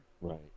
right